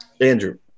Andrew